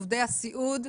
עובדי הסיעוד,